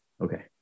Okay